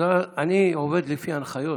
אני עובד לפי הנחיות.